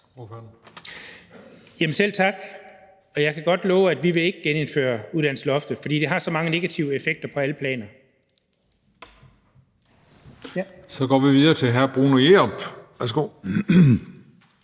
Selv tak, og jeg kan godt love, at vi ikke vil genindføre uddannelsesloftet. For det har så mange negative effekter på alle planer. Kl. 13:04 Den fg. formand